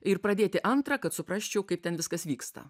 ir pradėti antrą kad suprasčiau kaip ten viskas vyksta